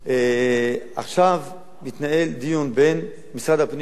עכשיו מתנהל דיון בין משרד הפנים לבין